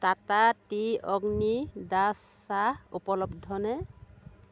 Tata tea Agni dust চাহ উপলব্ধ নে